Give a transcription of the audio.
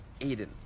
Aiden